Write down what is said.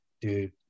dude